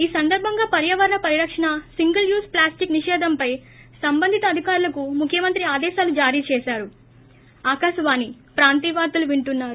ఈ సందర్భంగా పర్యావరణ పరిరక్షణ సింగిల్ యూజ్ ప్లాస్టిక్ నిషేధంపై సంబంధిత అధికారులకు ముఖ్యమంత్రి ఆదేశాలు జారీ చేశారు